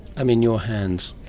i'm in your hands.